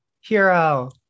hero